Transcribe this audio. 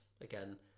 again